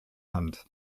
hand